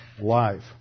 life